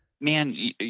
man